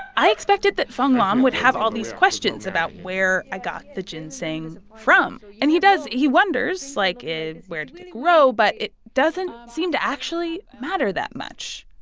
i expected that fong lam would have all these questions about where i got the ginseng from. and he does. he wonders, like, where did it grow? but it doesn't seem to actually matter that much.